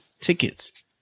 tickets